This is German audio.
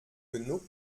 genug